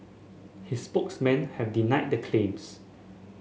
his spokesmen have denied the claims